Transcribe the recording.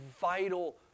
vital